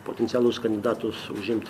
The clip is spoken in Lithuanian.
potencialus kandidatus užimt